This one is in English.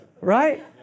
right